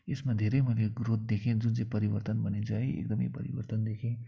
यसमा धेरै मैले ग्रोथ देखेँ जुन चाहिँ परिवर्तन भनिन्छ है एकदमै परिवर्तन देखेँ